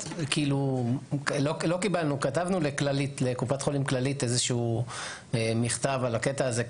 לא קיבלנו לקופת חולים כללית איזשהו מכתב על הקטע הזה,